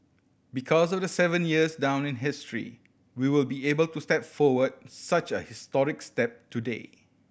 because of the seven years down in history we will be able to step forward such a historic step today